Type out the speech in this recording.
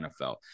NFL